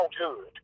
childhood